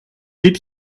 did